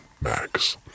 Max